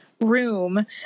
room